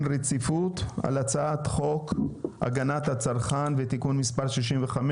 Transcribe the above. רציפות על הצעת חוק הגנת הצרכן (תיקון מס' 65)